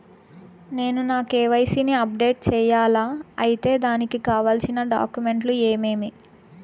నేను నా కె.వై.సి ని అప్డేట్ సేయాలా? అయితే దానికి కావాల్సిన డాక్యుమెంట్లు ఏమేమీ?